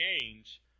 change